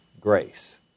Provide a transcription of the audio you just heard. grace